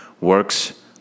works